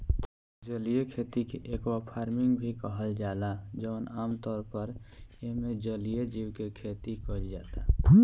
जलीय खेती के एक्वाफार्मिंग भी कहल जाला जवन आमतौर पर एइमे जलीय जीव के खेती कईल जाता